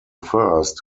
first